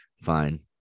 fine